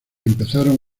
empezaron